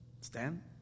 Stand